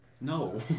No